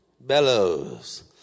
bellows